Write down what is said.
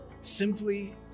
simply